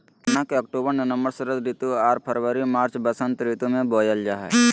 गन्ना के अक्टूबर नवम्बर षरद ऋतु आर फरवरी मार्च बसंत ऋतु में बोयल जा हइ